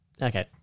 Okay